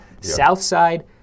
Southside